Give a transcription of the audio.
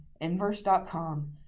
Inverse.com